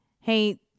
hey